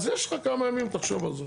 אז יש לך כמה ימים, תחשוב על זה.